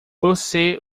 você